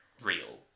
real